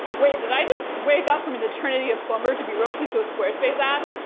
wait, did i just wake up from an eternity of slumber to be roped into a squarespace ad?